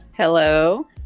Hello